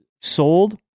sold